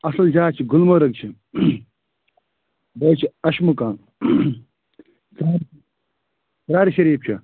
اصٕل جاے چھِ گُلمرگ چھِ بیٚیہِ حظ چھِ عشمُقام ژرارِ شریٖف چھِ